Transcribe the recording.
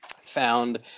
found